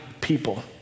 people